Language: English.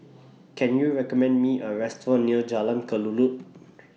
Can YOU recommend Me A Restaurant near Jalan Kelulut